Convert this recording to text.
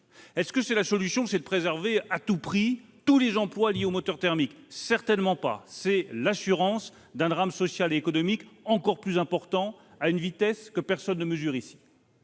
innovantes. La solution est-elle de préserver, à tout prix, tous les emplois liés à la production de moteurs thermiques ? Certainement pas ! C'est l'assurance d'un drame social et économique encore plus important, à une vitesse que personne ne mesure ici.